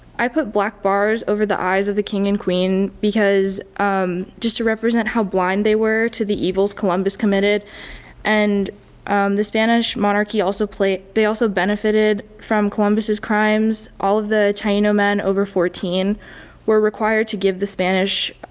i put black bars over the eyes of the king and queen because just to represent how blind they were to the evils columbus committed and um the spanish monarchy also they also benefitted from columbus' crimes. all of the taino men over fourteen were required to give the spanish